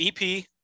EP